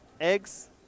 eggs